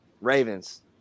Ravens